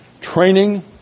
Training